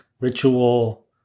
ritual